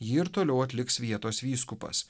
jį ir toliau atliks vietos vyskupas